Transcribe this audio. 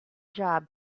job